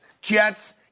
Jets